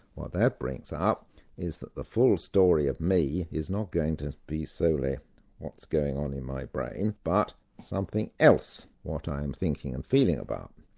what that brings up is that the full story of me is not going to be solely what's going on in my brain, but something else what i'm thinking and feeling about.